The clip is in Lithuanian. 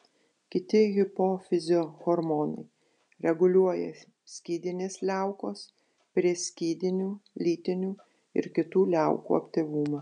kiti hipofizio hormonai reguliuoja skydinės liaukos prieskydinių lytinių ir kitų liaukų aktyvumą